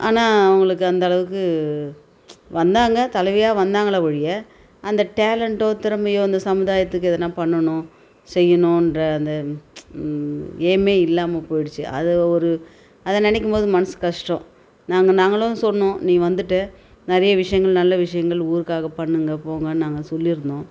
ஆனால் அவங்களுக்கு அந்த அளவுக்கு வந்தாங்க தலைவியாக வந்தாங்களே ஒழிய அந்த டேலெண்டோ திறமையோ அந்த சமுதாயத்துக்கு எதனா பண்ணனும் செய்யணும் என்ற அந்த எய்மே இல்லாமல் போய்டுச்சு அதை ஒரு அதை நெனைக்கிம் போது மனசு கஷ்டம் நாங்கள் நாங்களும் சொன்னோம் நீ வந்துவிட்ட நிறைய விஷயங்கள் நல்ல விஷயங்கள் ஊருக்காக பண்ணுங்க போங்கன்னு நாங்கள் சொல்லியிருந்தோம்